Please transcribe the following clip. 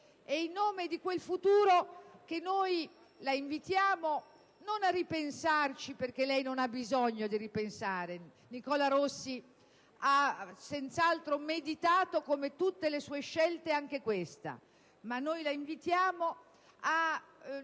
in nome di quel futuro che noi la invitiamo non a ripensarci, perché non ha bisogno di farlo - Nicola Rossi ha senz'altro meditato, come tutte le sue scelte, anche questa - ma a non